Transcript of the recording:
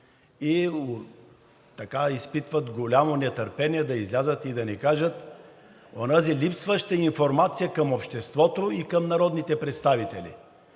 и изпитват голямо нетърпение да излязат и да ни кажат онази липсваща информация към обществото и към народните представители.